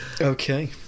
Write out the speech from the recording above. Okay